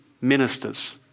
ministers